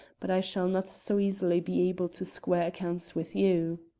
but i shall not so easily be able to square accounts with you.